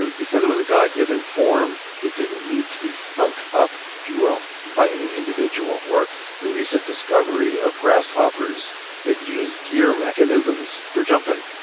because it was a god-given form, it didn't need to be thunk up, if you will, by any individual. or the recent discovery of grasshoppers that use gear mechanisms for jumping.